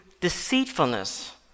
deceitfulness